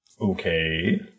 Okay